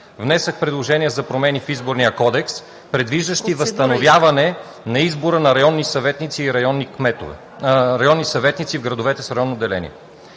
внесох предложение за промени в Изборния кодекс, предвиждащи възстановяване на избора на районни съветници в градовете с районно деление.